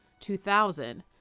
2000